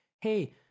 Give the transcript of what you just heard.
hey